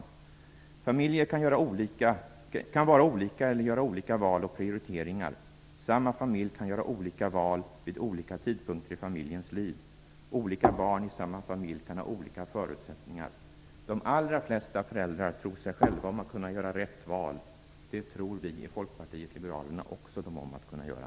Familjer kan vara olika eller göra olika val och prioriteringar. Samma familj kan göra olika val vid olika tidpunkter i familjens liv. Olika barn i samma familj kan ha olika förutsättningar. De allra flesta föräldrar tror sig själva om att kunna göra rätt val. Det tror också vi i Folkpartiet liberalerna dem om att kunna göra.